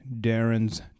Darren's